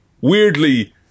weirdly